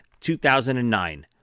2009